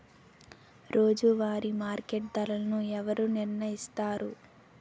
రోజువారి మార్కెట్ ధరలను ఎవరు నిర్ణయిస్తారు?